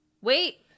Wait